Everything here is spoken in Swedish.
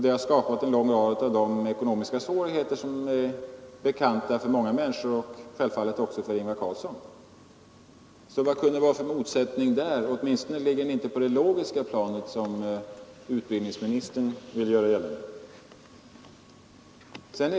Detta har skapat en lång rad ekonomiska svårigheter, som är bekanta för många människor och självfallet också för Ingvar Carlsson. Vad kan det finnas för motsättning i dessa två konstateranden? Den ligger åtminstone inte på det logiska planet, som utbildningsministern vill göra gällande.